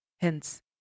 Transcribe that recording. Hence